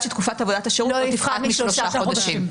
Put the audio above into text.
שתקופת עבודת השירות לא תפחת משלושה חודשים.